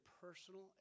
personal